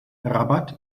rabat